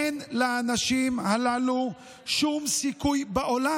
אין לאנשים הללו שום סיכוי בעולם,